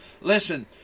listen